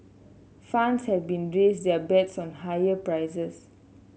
funds have been raised their bets on higher prices